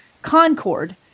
Concord